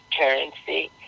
currency